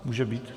Může být?